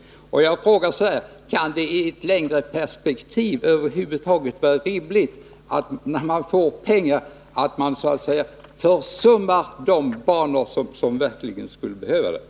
Jag har frågat mig om det kan vara rimligt att man, trots att man får pengar för sådant underhåll, i ett längre perspektiv försummar banor som verkligen behöver detta.